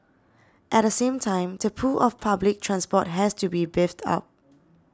at the same time the pull of public transport has to be beefed up